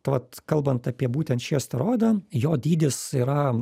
tai vat kalbant apie būtent šį asteroidą jo dydis yra